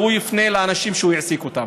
והוא יפנה לאנשים שהוא העסיק אותם.